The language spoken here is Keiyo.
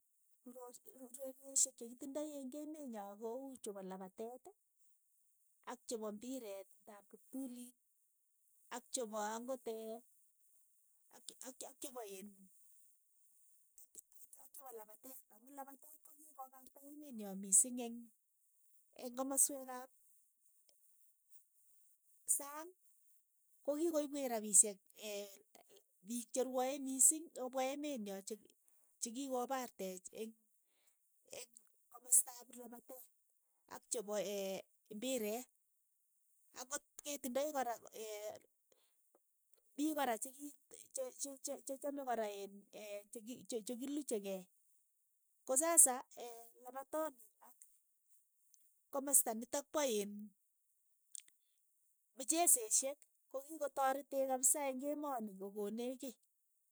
Uro ureryeshek che kitindoi eng' emenyo ko uu chepo lapateet, ak chepo mbireet ap kiptuliit, ak chepo ang'ot ak- ak ak- chepo iin ak- ak- ak chepo lapateet, amu lapateet ko kikopaarta emenyo mising eng'-eng' ko mosweek ap sang, ko ki ko ipweech rapisheek piik che rwoe mising ko pwa emenyo che kikoparteech eng'- eng' komastap lapatet. Ak chepo een mbireet, ang'ot ketindoi kora piik kora chiki che- che- che chame kora iin che- che- che kiluchekei, ko sasa lapatoni ak komasta nito pa iin mcheseshek ko ki ko toreteech kapsa eng emoni kokoneech kiy.